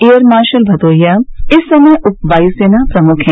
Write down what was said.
air marshal Bhadauria इस समय उप वायुसेना प्रमुख हैं